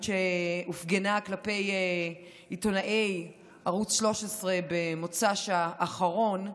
שהופגנה כלפי עיתונאי ערוץ 13 במוצ"ש האחרון.